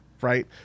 right